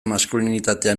maskulinitatea